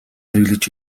хэрэглэж